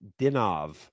Dinov